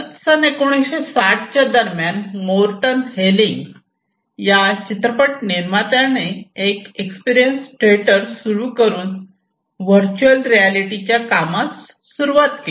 सन 1960 च्या दरम्यान Morton Heilig या चित्रपट निर्मात्याने एक एक्सपिरीयन्स थेटर सुरू तयार करून व्हर्च्युअल रियालिटीच्या कामाला सुरुवात केली